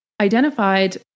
identified